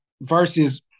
versus